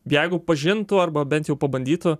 jeigu pažintų arba bent jau pabandytų